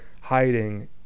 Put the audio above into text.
hiding